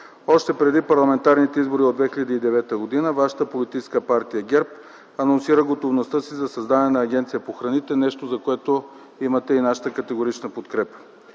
още преди парламентарните избори през 2009 г. вашата политическа партия ГЕРБ анонсира готовността си за създаване на Агенция по храните – нещо, за което имате и нашата категорична подкрепа,